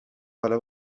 حالا